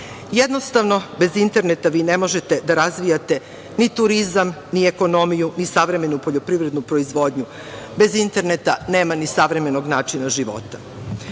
Jednostavno, bez interneta vi ne možete da razvijate ni turizam, ni ekonomiju, ni savremenu poljoprivrednu proizvodnju. Bez interneta nema ni savremenog načina života. Još